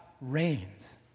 reigns